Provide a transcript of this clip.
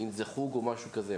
אם זה חוג או משהו כזה.